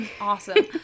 Awesome